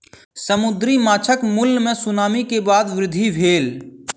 समुद्री माँछक मूल्य मे सुनामी के बाद वृद्धि भेल